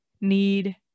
need